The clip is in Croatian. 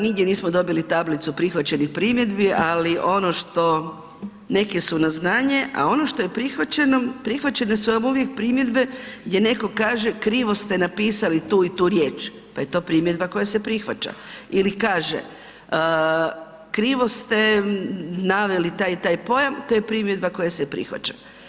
Nigdje nismo dobili tablicu prihvaćenih primjedbi, ali neke su na znanje, a ono što je prihvaćeno, prihvaćene su vam uvijek primjedbe gdje neko kaže krivo ste napisali tu i tu riječ, pa je to primjedba koja se prihvaća ili kaže krivo ste naveli taj i taj pojam, to je primjedba koja se prihvaća.